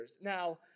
Now